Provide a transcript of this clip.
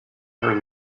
her